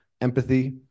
Empathy